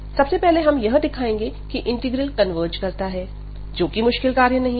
सबसे पहले हम यह दिखाएंगे कि इंटीग्रल कन्वर्ज करता है जोकि मुश्किल कार्य नहीं है